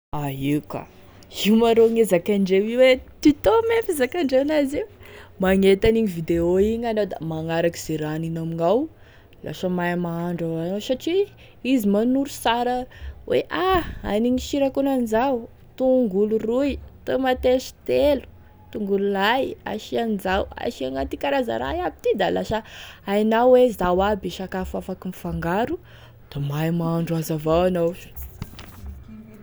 A ie ka io ma rô gne zakaindreo io e, tuto moa e fizakandreo an'azy io magnety an'igny vidéo igny anao da magnaraky ze raha aniny amignao, lasa mahay mahandro avao anao satria izy manoro sara hoe ha anigny sira ankoanan'izao, tongolo roy, tomatesy telo, tongolo lay asia an'izao, asiana ty karaza raha iaby ty da lasa hainao hoe zao aby e sakafo afaky mifangaro, da mahay mahandro azy avao anao sa.